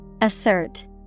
Assert